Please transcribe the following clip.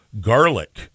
garlic